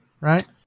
Right